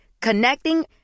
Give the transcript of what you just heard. Connecting